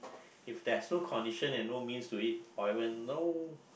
if there's no condition and no means to it or even no